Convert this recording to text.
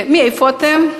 מאיפה אתם?